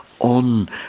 on